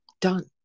Done